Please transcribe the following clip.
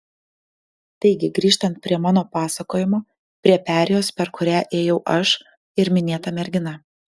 taigi grįžtant prie mano pasakojimo prie perėjos per kurią ėjau aš ir minėta mergina